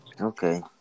Okay